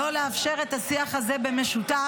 לא לאפשר את השיח הזה במשותף,